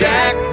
Jack